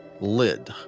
lid